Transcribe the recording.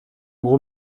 gros